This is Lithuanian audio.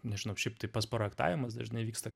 nežinau šiaip tai pats projektavimas dažnai vyksta